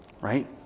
right